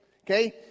Okay